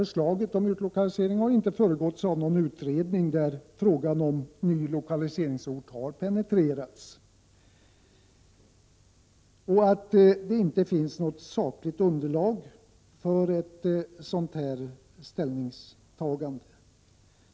Förslaget om utlokalisering har inte föregåtts av någon utredning, där frågan om ny lokaliseringsort kunde ha penetrerats. Det finns inte heller något sakligt underlag för ett ställningstagande.